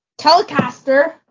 Telecaster